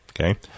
okay